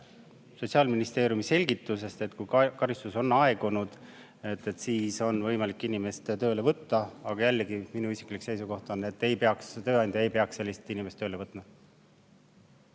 Sotsiaalministeeriumi selgitusest, et kui karistus on aegunud, siis on võimalik inimest tööle võtta. Aga jällegi, minu isiklik seisukoht on, et tööandja ei peaks sellist inimest tööle võtma.